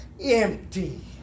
empty